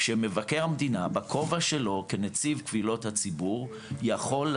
בפועל גם